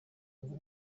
ngo